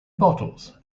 bottles